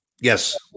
Yes